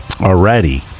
already